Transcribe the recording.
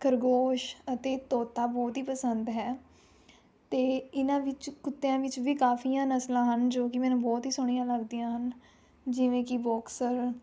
ਖਰਗੋਸ਼ ਅਤੇ ਤੋਤਾ ਬਹੁਤ ਹੀ ਪਸੰਦ ਹੈ ਅਤੇ ਇਹਨਾਂ ਵਿੱਚ ਕੁੱਤਿਆਂ ਵਿੱਚ ਵੀ ਕਾਫੀਆਂ ਨਸਲਾਂ ਹਨ ਜੋ ਕਿ ਮੈਨੂੰ ਬਹੁਤ ਹੀ ਸੋਹਣੀਆਂ ਲੱਗਦੀਆਂ ਹਨ ਜਿਵੇਂ ਕਿ ਬੋਕਸਰ